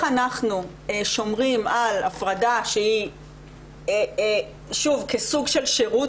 אנחנו שומרים על הפרדה שהיא כסוג של שירות,